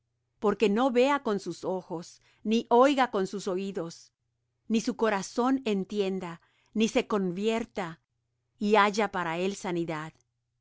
porque no vea con sus ojos ni oiga con sus oídos ni su corazón entienda ni se convierta y haya para él sanidad